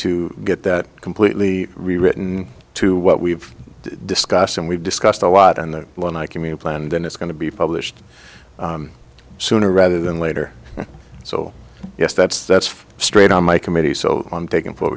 to get that completely rewritten to what we've discussed and we've discussed a lot and when i can be a plan then it's going to be published sooner rather than later so yes that's that's straight on my committee so on taking f